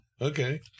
Okay